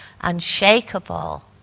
unshakable